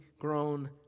grown